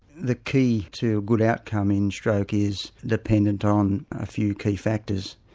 the key to good outcome in stroke is dependent on a few key factors.